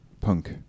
punk